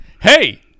Hey